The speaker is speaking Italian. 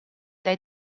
dai